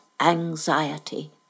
anxiety